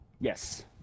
yes